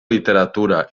literatura